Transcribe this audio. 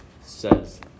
says